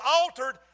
altered